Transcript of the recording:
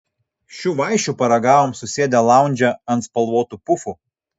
šių vaišių paragavom susėdę laundže ant spalvotų pufų